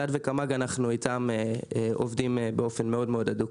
אלעד וקמ"ג אנחנו עובדים איתם באופן מאוד-מאוד הדוק.